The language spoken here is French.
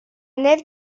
nef